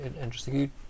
interesting